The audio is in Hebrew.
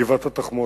גבעת-התחמושת,